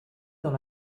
dans